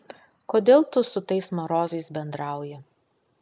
kodėl tu su tais marozais bendrauji